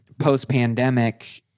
post-pandemic